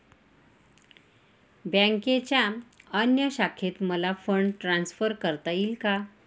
बँकेच्या अन्य शाखेत मला फंड ट्रान्सफर करता येईल का?